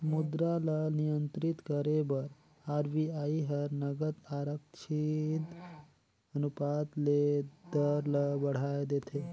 मुद्रा ल नियंत्रित करे बर आर.बी.आई हर नगद आरक्छित अनुपात ले दर ल बढ़ाए देथे